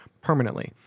permanently